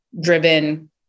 driven